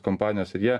kompanijos ir jie